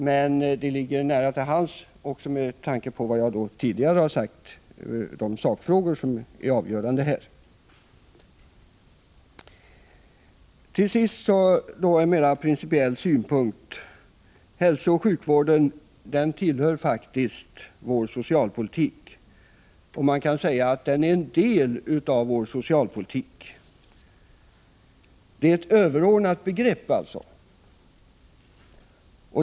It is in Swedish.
Men det ligger, som jag tidigare har sagt, nära till hands också med tanke på de sakfrågor som här är avgörande. I denna fråga vill jag till sist ta upp en mera principiell synpunkt. Hälsooch sjukvården tillhör faktiskt vår socialpolitik. Man kan säga att den är en del av vår socialpolitik. Det är alltså ett överordnat begrepp.